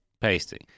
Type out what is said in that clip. pasting